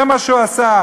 זה מה שהוא עשה.